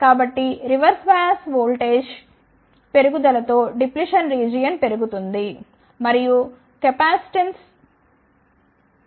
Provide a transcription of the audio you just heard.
కాబట్టి reverse bias voltage పెరుగుదల తో డిప్లిషన్ రీజియన్ పెరుగుతుంది మరియు కెపాసిటెన్స్ తగ్గుతుంది